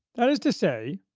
that is to say,